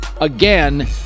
Again